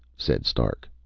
said stark,